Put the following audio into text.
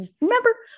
Remember